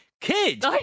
kid